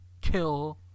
kill